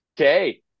Okay